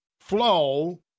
Flow